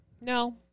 no